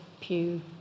Pew